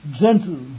gentle